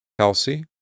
Kelsey